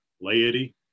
laity